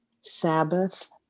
Sabbath